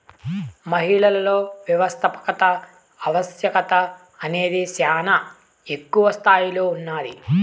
మహిళలలో వ్యవస్థాపకత ఆవశ్యకత అనేది శానా ఎక్కువ స్తాయిలో ఉన్నాది